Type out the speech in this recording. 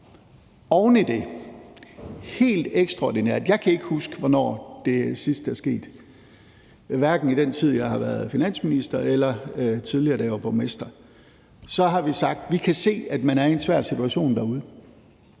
Oven i det har vi helt ekstraordinært sagt – jeg kan ikke huske, hvornår det sidst er sket, hverken i den tid, jeg har været finansminister, eller tidligere, da jeg var borgmester – at vi kan se, at man er i en svær situation derude,